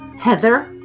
Heather